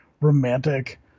romantic